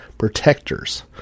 protectors